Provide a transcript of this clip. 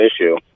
issue